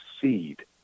seed